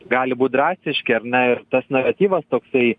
gali būt drastiški ar ne ir tas naratyvas toksai